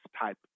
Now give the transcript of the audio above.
type